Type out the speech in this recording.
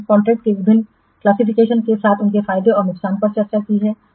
हमने कॉन्ट्रैक्टस के विभिन्न वर्गीकरणों के साथ साथ उनके फायदे और नुकसान पर चर्चा की है